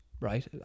Right